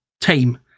team